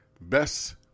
best